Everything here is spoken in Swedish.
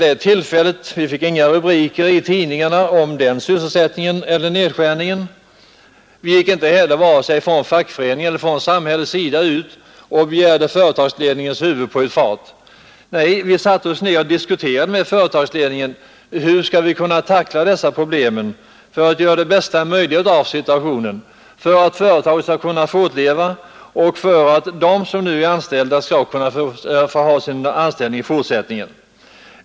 Det förekom då inga rubriker i tidningarna om denna nedskärning, och varken fackföreningen eller samhället begärde företagsledningens huvud på ett fat, vi satte oss ner och diskuterade med företagsledningen hur vi skulle kunna tackla problemen för att göra det bästa möjliga av situationen så att företaget skulle kunna fortleva och så att en del av de anställda i fortsättningen skulle kunna få behålla sina arbeten.